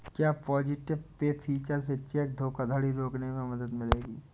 क्या positive pay feature से cheque धोखाधड़ी रोकने में मदद मिलेगी?